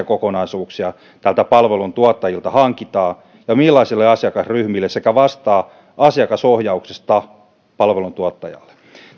kokonaisuuksia näiltä palveluntuottajilta hankitaan ja millaisille asiakasryhmille sekä vastaa asiakasohjauksesta palveluntuottajalle